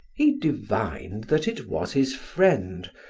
he divined that it was his friend,